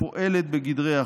ופועלת בגדרי החוק.